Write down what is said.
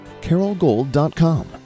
carolgold.com